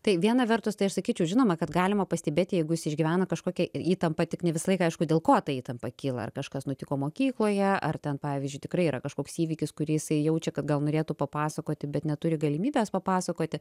tai viena vertus tai aš sakyčiau žinoma kad galima pastebėti jeigu jis išgyvena kažkokią ir įtampą tik ne visą laiką aišku dėl ko ta įtampa kyla ar kažkas nutiko mokykloje ar ten pavyzdžiui tikrai yra kažkoks įvykis kurį jisai jaučia kad gal norėtų papasakoti bet neturi galimybės papasakoti